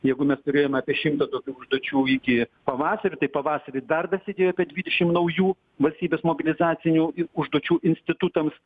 jeigu mes turėjom apie šimtą tokių užduočių iki pavasario tai pavasarį dar dasidėjo apie dvidešim naujų valstybės mobilizacinių i užduočių institutams